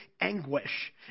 anguish